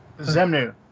zemnu